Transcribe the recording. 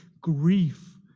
grief